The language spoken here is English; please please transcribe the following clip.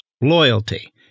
loyalty